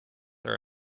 are